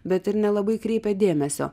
bet ir nelabai kreipė dėmesio